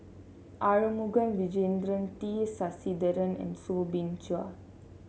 Arumugam Vijiaratnam T Sasitharan and Soo Bin Chua